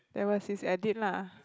that was his edit lah